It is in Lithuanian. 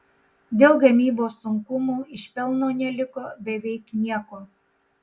dėl gamybos sunkumų iš pelno neliko beveik nieko